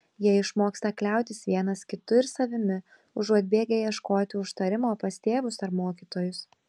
jie išmoksta kliautis vienas kitu ir savimi užuot bėgę ieškoti užtarimo pas tėvus ar mokytojus